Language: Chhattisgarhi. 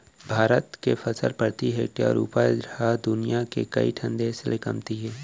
भारत के फसल प्रति हेक्टेयर उपज ह दुनियां के कइ ठन देस ले कमती हे